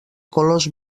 colors